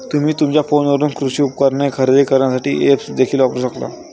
तुम्ही तुमच्या फोनवरून कृषी उपकरणे खरेदी करण्यासाठी ऐप्स देखील वापरू शकता